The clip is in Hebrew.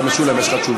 השר משולם, יש לך תשובה?